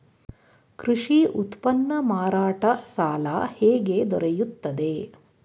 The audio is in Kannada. ಕೃಷಿ ಉತ್ಪನ್ನ ಮಾರಾಟ ಸಾಲ ಹೇಗೆ ದೊರೆಯುತ್ತದೆ?